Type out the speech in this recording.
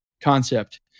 concept